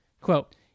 quote